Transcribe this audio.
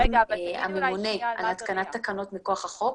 שהוא הממונה על התקנת תקנות מכוח החוק,